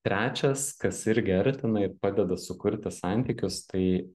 trečias kas irgi artina ir padeda sukurti santykius tai